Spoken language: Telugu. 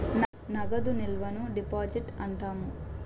నగదు నిల్వను డిపాజిట్ అంటాము